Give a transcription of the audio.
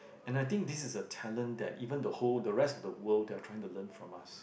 and I think this is a talent that even the whole the rest of the world they are trying to learn from us